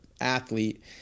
athlete